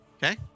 Okay